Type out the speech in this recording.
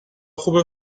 خوبه